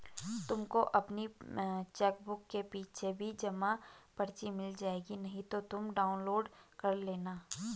तुमको अपनी चेकबुक के पीछे भी जमा पर्ची मिल जाएगी नहीं तो तुम डाउनलोड कर लेना